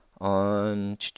on